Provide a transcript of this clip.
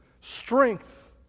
Strength